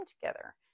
together